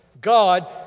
God